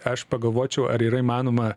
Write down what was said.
aš pagalvočiau ar yra įmanoma